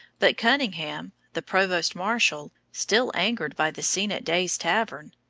but cunningham, the provost-marshal, still angered by the scene at day's tavern,